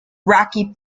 rocky